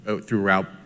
throughout